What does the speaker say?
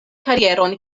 karieron